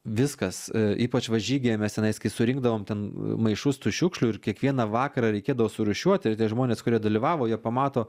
viskas ypač va žygyje mes tenais kai surinkdavom ten maišus tų šiukšlių ir kiekvieną vakarą reikėdavo surūšiuoti ir tie žmonės kurie dalyvavo jie pamato